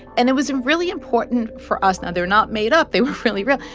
and it was really important for us now, they're not made up. they were really real.